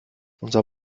unser